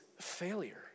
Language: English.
failure